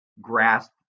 grasp